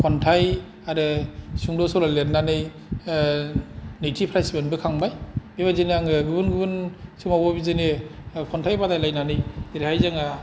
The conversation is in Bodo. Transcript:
खन्थाइ आरो सुंद' सल' लिरनानै नैथि प्राइज मोनबोखांबाय बेबादिनो आङो गुबुन गुबुन समावबो बिदिनो खन्थाइ बादायलायनानै जेरैहाय